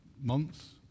months